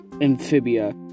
amphibia